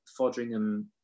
Fodringham